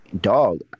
dog